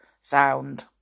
sound